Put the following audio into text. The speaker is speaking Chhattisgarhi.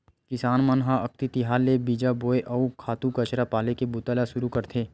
किसान मन ह अक्ति तिहार ले बीजा बोए, अउ खातू कचरा पाले के बूता ल सुरू करथे